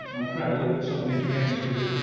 i'm trying to look at some of these names here.